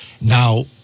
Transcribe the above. Now